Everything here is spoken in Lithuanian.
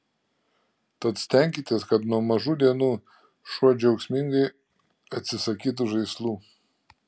tad stenkitės kad nuo mažų dienų šuo džiaugsmingai atsisakytų žaislų